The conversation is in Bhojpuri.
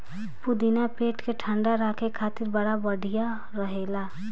पुदीना पेट के ठंडा राखे खातिर बड़ा बढ़िया रहेला